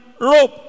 rope